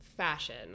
Fashion